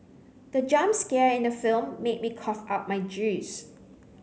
the jump scare in the film made me cough out my juice